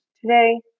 Today